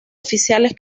oficiales